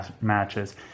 matches